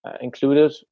included